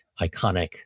iconic